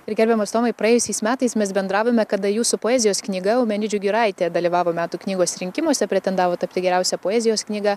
ir gerbiamas tomai praėjusiais metais mes bendravome kada jūsų poezijos knyga eumenidžių giraitė dalyvavo metų knygos rinkimuose pretendavo tapti geriausia poezijos knyga